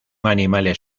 animales